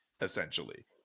essentially